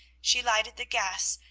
she lighted the gas,